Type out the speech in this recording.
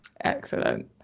excellent